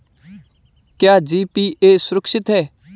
क्या जी.पी.ए सुरक्षित है?